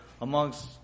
amongst